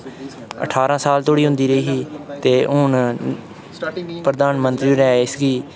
अठारां साल धोड़ी होंदी रेही ही ते हून प्रधानमंत्री होरें इसगी